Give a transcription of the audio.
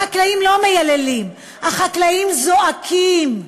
החקלאים לא מייללים, החקלאים זועקים.